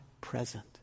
present